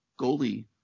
goalie